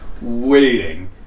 Waiting